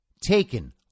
taken